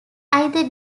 either